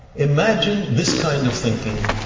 imagine this kind of thinking